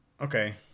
okay